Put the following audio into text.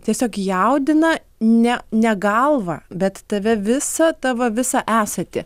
tiesiog jaudina ne ne galvą bet tave visą tavo visą esatį